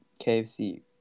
KFC